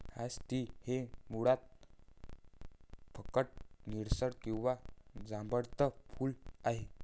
hyacinth हे मुळात फिकट निळसर किंवा जांभळट फूल आहे